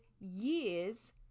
years